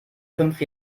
fünf